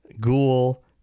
Ghoul